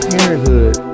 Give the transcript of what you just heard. Parenthood